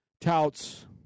touts